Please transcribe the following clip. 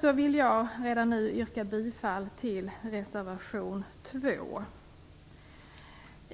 Jag vill av denna anledning redan nu yrka bifall till reservation 2.